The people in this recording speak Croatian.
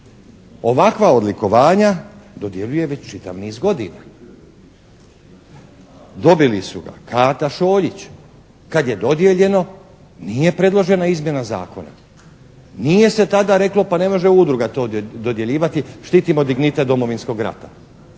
ovakva odlikovanja dodjeljuje već čitav niz godina. Dobili su ga Kata Šoljić. Kad je dodijeljeno nije predložena izmjena zakona. Nije se tada reklo pa ne može udruga to dodjeljivati, štitimo dignitet Domovinskog rata.